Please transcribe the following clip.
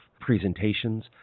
presentations